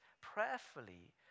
prayerfully